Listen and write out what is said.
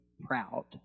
proud